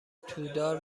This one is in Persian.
تودار